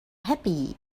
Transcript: happy